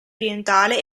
orientale